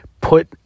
put